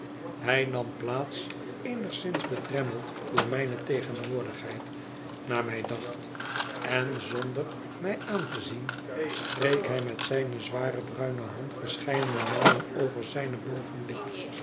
hij nam plaats eenigszins bedremmeld door mijne tegenwoordigheid naar mij dacht en zonder mij aan te zien streek hij met zijne zware bruine hand verscheidene malen over zijne bovenlip